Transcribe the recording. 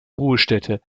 ruhestätte